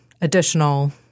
additional